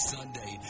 Sunday